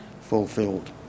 fulfilled